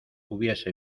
hubiese